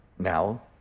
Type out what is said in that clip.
Now